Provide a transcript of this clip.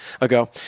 ago